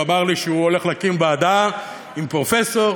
והוא אמר לי שהוא הולך להקים ועדה עם פרופסור.